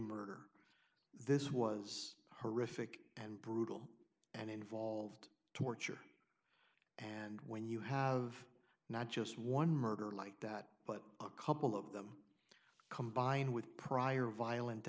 murder this was horrific and brutal and involved torture and when you have not just one murder like that but a couple of them combined with prior violent